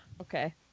Okay